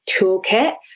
toolkit